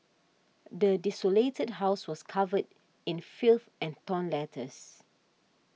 the desolated house was covered in filth and torn letters